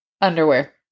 underwear